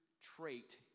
trait